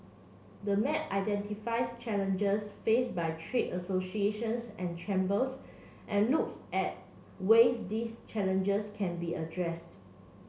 the map identifies challenges faced by trade associations and chambers and looks at ways these challenges can be addressed